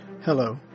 Hello